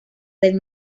del